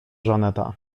żaneta